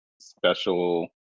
special